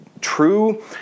true